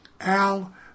Al